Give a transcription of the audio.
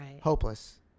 hopeless